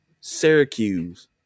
Syracuse